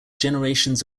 generations